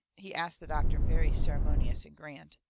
he asts the doctor very ceremonious and grand.